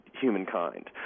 humankind